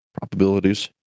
probabilities